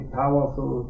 powerful